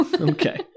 Okay